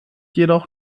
jedoch